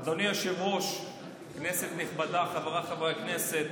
אדוני היושב-ראש, כנסת נכבדה, חבריי חברי הכנסת,